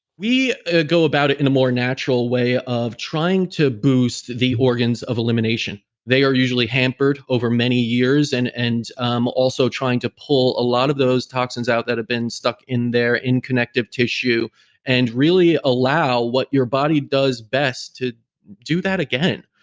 we go about it in a more natural way of trying to boost the organs of elimination. they are usually hampered over many years and and um also trying to pull a lot of those toxins out that have been stuck in there, in connective tissue and really allow what your body does best to do that again.